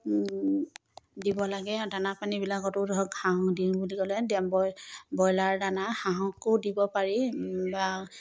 দিব লাগে দানা পানীবিলাকতো ধৰক হাঁহ দিওঁ বুলি ক'লে ব্ৰইলাৰ দানা হাঁহকো দিব পাৰি বা